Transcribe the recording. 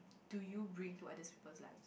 do you bring to other people life